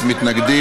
התשע"ח 2018,